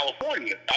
California